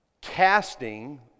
Casting